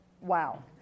Wow